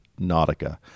nautica